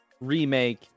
remake